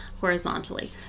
horizontally